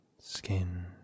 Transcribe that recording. skin